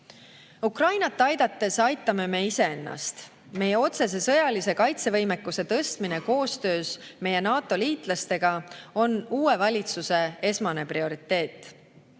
Ukrainat aidates aitame me iseennast. Meie otsese sõjalise kaitsevõimekuse tõstmine koostöös meie NATO-liitlastega on uue valitsuse esmane prioriteet. Eesti